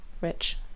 rich